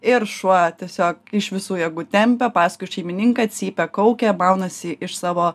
ir šuo tiesiog iš visų jėgų tempia paskui šeimininką cypia kaukia maunasi iš savo